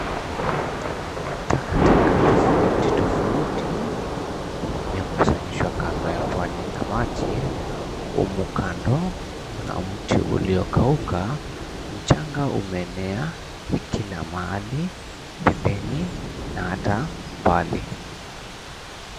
Takataka tofauti tofauti zimekusanyishwa kando ya pwani na maji, humu kando mna miti uliokauka. Mchanga umeenea kila mahali, pembeni na hata mbali.